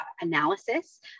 analysis